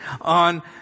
on